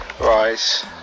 rise